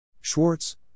Schwartz